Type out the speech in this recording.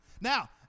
Now